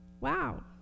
Wow